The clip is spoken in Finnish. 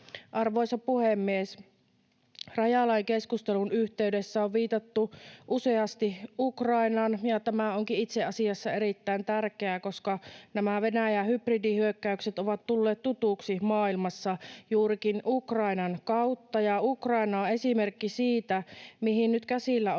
Arvoisa puhemies! Rajalain keskustelun yhteydessä on viitattu useasti Ukrainaan, ja tämä onkin itse asiassa erittäin tärkeää, koska nämä Venäjän hybridihyökkäykset ovat tulleet tutuiksi maailmassa juurikin Ukrainan kautta ja Ukraina on esimerkki siitä, mihin nyt käsillä